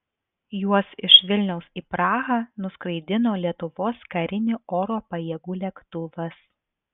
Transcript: juos iš vilniaus į prahą nuskraidino lietuvos karinių oro pajėgų lėktuvas